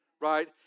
right